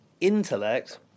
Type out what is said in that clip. intellect